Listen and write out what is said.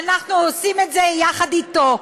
ואנחנו עושים את זה יחד אתו.